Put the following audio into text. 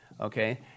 Okay